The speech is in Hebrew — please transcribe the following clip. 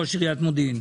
ראש עיריית מודיעין.